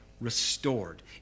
restored